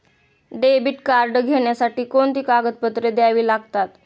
Debit card घेण्यासाठी कोणती कागदपत्रे द्यावी लागतात?